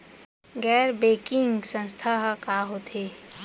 गैर बैंकिंग संस्था ह का होथे?